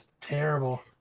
Terrible